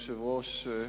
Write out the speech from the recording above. אדוני היושב-ראש,